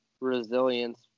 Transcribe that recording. resilience